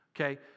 okay